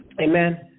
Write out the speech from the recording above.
Amen